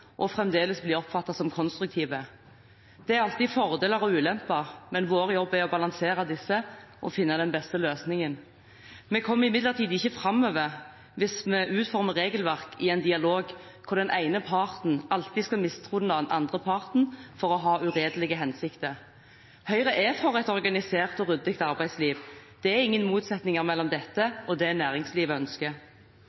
og fremdeles bli oppfattet som konstruktive. Det er alltid fordeler og ulemper, men vår jobb er å balansere disse og finne den beste løsningen. Vi kommer imidlertid ikke framover hvis vi utformer regelverk i en dialog hvor den ene parten alltid skal mistro den andre parten for å ha uredelige hensikter. Høyre er for et organisert og ryddig arbeidsliv. Det er ingen motsetninger mellom dette